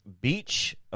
Beach